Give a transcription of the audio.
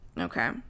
Okay